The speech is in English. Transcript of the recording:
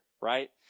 right